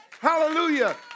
Hallelujah